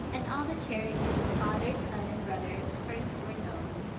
and all the charities of father, son, and brother, first were known.